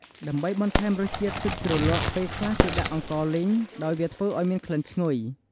ដើម្បីបន្ថែមរសជាតិទឹកជ្រលក់ ពេលខ្លះគេដាក់អង្ករលីង ដោយវាធ្វើឲ្យមានក្លិនឈ្ងុយ។